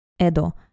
Edo